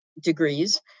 degrees